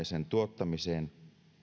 sen tuottamiseen